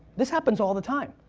this happens all the time.